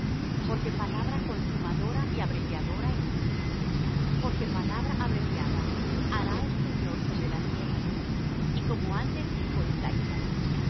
porque palabra consumadora y abreviadora en justicia porque palabra abreviada hará el señor sobre la tierra y como antes dijo isaías